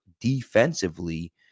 defensively